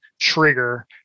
trigger